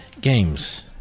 games